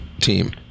team